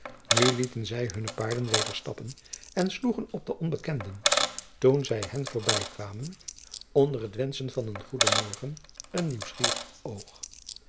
nu lieten zij hunne paarden weder stappen en sloegen op de onbekenden toen zij hen voorbij kwamen onder het wenschen van een goeden morgen een nieuwsgierig oog